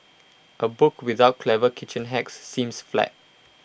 A book without clever kitchen hacks seems flat